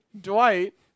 Dwight